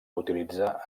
utilitzar